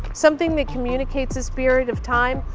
something that communicates a spirit of time?